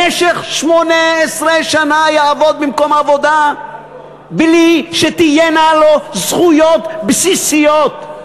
במשך 18 שנה יעבוד במקום עבודה בלי שתהיינה לו זכויות בסיסיות.